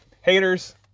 haters